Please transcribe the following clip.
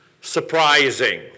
surprising